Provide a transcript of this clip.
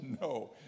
no